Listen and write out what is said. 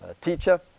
teacher